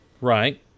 Right